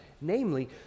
Namely